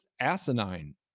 asinine